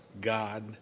God